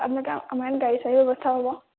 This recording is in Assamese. আপোনালোকে আমাৰ ইয়াত গাড়ী চাৰীৰ ব্যৱস্থা হ'ব